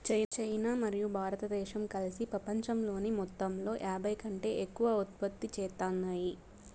China మరియు భారతదేశం కలిసి పపంచంలోని మొత్తంలో యాభైకంటే ఎక్కువ ఉత్పత్తి చేత్తాన్నాయి